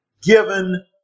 given